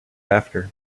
after